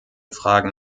fragen